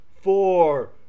four